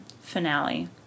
Finale